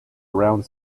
around